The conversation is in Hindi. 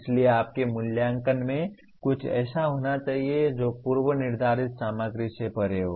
इसलिए आपके मूल्यांकन में कुछ ऐसा होना चाहिए जो पूर्व निर्धारित सामग्री से परे हो